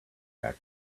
back